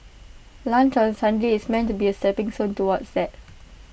lunch on Sunday is meant to be A stepping stone toward that